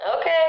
Okay